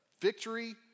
victory